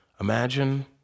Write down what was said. imagine